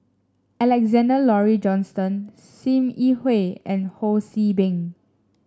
Alexander Laurie Johnston Sim Yi Hui and Ho See Beng